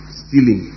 stealing